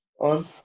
on